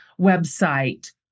website